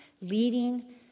leading